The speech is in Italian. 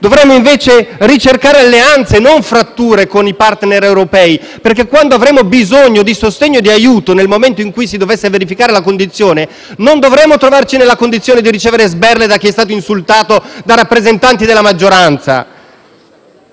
Dovremmo invece ricercare alleanze e non fratture con i *partner* europei, perché quando avremo bisogno di sostegno e di aiuto, nel momento in cui si dovesse verificare tale situazione, non dovremo trovarci nella condizione di ricevere sberle da chi è stato insultato da rappresentanti della maggioranza.